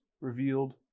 revealed